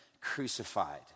crucified